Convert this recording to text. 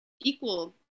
equal